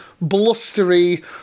blustery